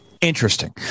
Interesting